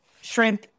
shrimp